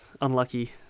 Unlucky